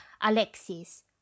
Alexis